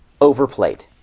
overplayed